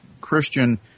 Christian